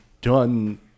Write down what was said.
done